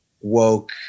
woke